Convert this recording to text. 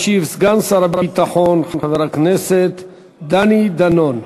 ישיב סגן שר הביטחון חבר הכנסת דני דנון.